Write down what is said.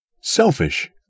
Selfish